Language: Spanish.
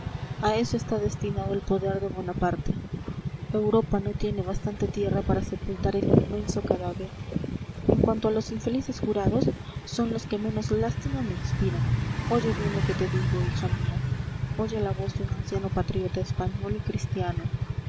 a eso está destinado el poder de bonaparte europa no tiene bastante tierra para sepultar el inmenso cadáver en cuanto a los infelices jurados son los que menos lástima me inspiran oye bien lo que te digo hija mía oye la voz de un anciano patriota español y cristiano